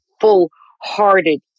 full-hearted